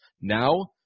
Now